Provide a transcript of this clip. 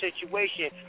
situation